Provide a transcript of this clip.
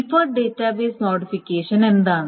deferred database modification എന്താണ്